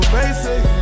basic